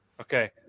Okay